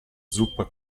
zuppa